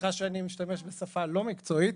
סליחה שאני משתמש בשפה לא מקצועית,